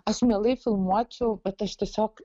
aš mielai filmuočiau bet aš tiesiog